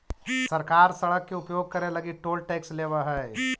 सरकार सड़क के उपयोग करे लगी टोल टैक्स लेवऽ हई